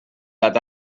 that